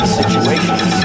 situations